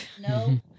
No